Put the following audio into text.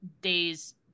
days